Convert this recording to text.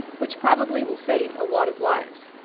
which probably will save a lot of lives.